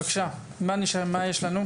בבקשה, מה יש לנו?